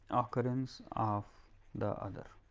ah occurrence of the other.